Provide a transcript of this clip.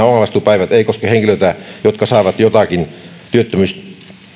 omavastuupäivät eivät koske henkilöitä jotka saavat jotakin